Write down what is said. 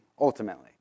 ultimately